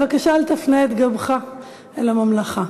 בבקשה אל תפנה את גבך אל הממלכה.